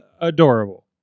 adorable